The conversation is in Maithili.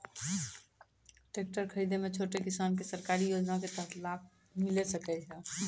टेकटर खरीदै मे छोटो किसान के सरकारी योजना के तहत लाभ मिलै सकै छै?